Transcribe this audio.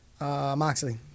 Moxley